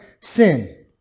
sin